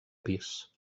pis